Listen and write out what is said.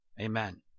amen